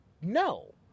No